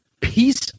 Peace